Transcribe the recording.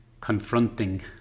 confronting